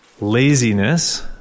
Laziness